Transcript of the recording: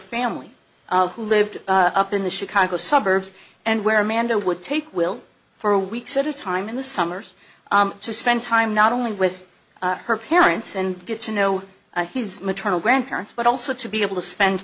family who lived up in the chicago suburbs and where amanda would take we'll for weeks at a time in the summers to spend time not only with her parents and get to know his maternal grandparents but also to be able to spend